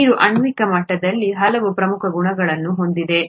ನೀರು ಆಣ್ವಿಕ ಮಟ್ಟದಲ್ಲಿ ಹಲವು ಪ್ರಮುಖ ಗುಣಗಳನ್ನು ಹೊಂದಿದೆ